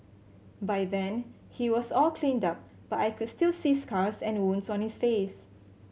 by then he was all cleaned up but I could still see scars and wounds on his face